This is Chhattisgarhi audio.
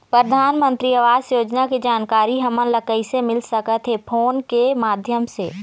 परधानमंतरी आवास योजना के जानकारी हमन ला कइसे मिल सकत हे, फोन के माध्यम से?